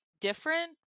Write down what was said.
different